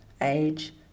age